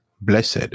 Blessed